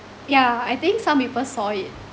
yeah I think some people saw it